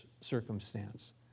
circumstance